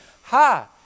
Ha